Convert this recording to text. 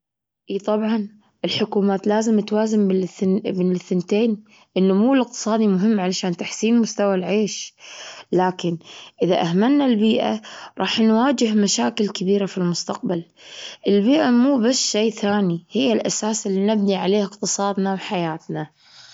إي طبعا الحكومات لازم توازن بين الث- بين الثنتين، النمو الاقتصادي مهم علشان تحسين مستوى العيش، لكن إذا أهملنا البيئة رح نواجه مشاكل كبيرة في المستقبل. البيئة مو بس شي ثاني، هي الأساس إللي نبني عليه اقتصادنا وحياتنا.